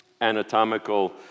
anatomical